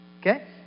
Okay